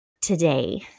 today